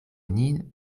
nin